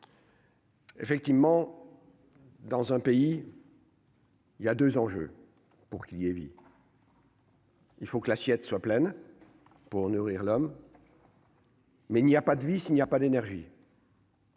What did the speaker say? Effectivement, dans un pays. Il y a 2 enjeux pour qu'vie. Il faut que l'assiette soit pleine pour nourrir l'homme. Mais il n'y a pas de vie s'il n'y a pas d'énergie.